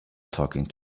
talking